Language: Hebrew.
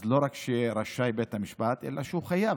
אז לא רק שבית המשפט רשאי, אלא הוא חייב.